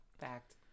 Fact